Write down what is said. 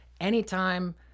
anytime